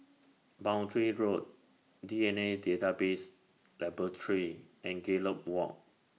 Boundary Road D N A Database Laboratory and Gallop Walk